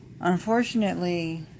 unfortunately